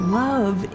love